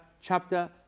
chapter